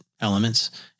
elements